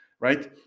right